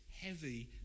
heavy